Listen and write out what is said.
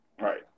Right